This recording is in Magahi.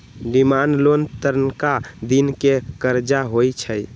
डिमांड लोन तनका दिन के करजा होइ छइ